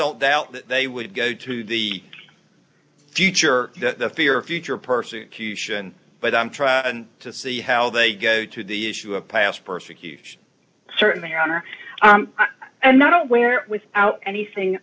don't doubt that they would go to the future the fear of future persecution but i'm trying to see how they go to the issue of past persecution certainly honor and not wear out anything